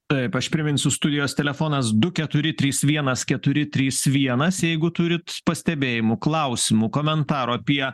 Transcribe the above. taip aš priminsiu studijos telefonas du keturi trys vienas keturi trys vienas jeigu turit pastebėjimų klausimų komentarų apie